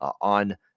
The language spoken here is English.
on